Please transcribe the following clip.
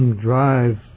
drive